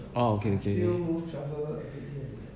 oh okay okay okay